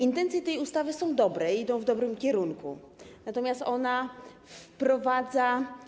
Intencje tej ustawy są dobre, idą w dobrym kierunku, natomiast ona wprowadza.